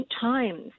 times